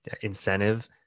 incentive